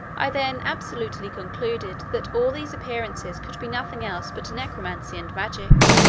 i then absolutely concluded, that all these appearances could be nothing else but necromancy and magic.